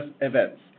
events